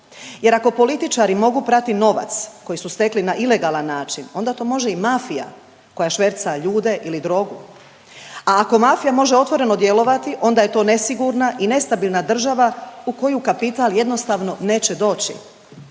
jer ako političari mogu prati novac koji su stekli na ilegalan način onda to može i mafija koja šverca ljude ili drogu. A ako mafija može otvoreno djelovati onda je to nesigurna i nestabilna država u koju kapital jednostavno neće doći.